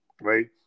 right